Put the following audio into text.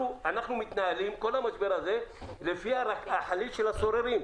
אנחנו מתנהלים כל המשבר הזה לפי החליל של הסוררים.